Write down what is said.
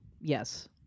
Yes